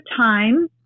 time